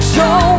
Show